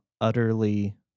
utterly